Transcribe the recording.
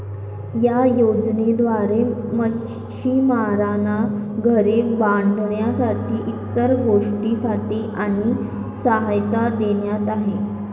या योजनेद्वारे मच्छिमारांना घरे बांधण्यासाठी इतर गोष्टींसाठी आर्थिक सहाय्य देण्यात आले